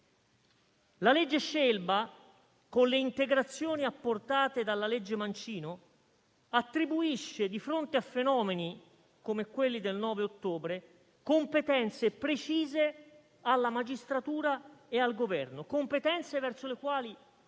La legge Scelba, con le integrazioni apportate dalla legge Mancino, attribuisce, di fronte a fenomeni come quelli del 9 ottobre, competenze precise alla magistratura e al Governo, verso le quali